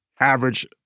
average